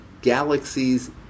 galaxies